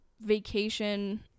vacation